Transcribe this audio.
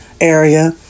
area